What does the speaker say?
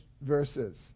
verses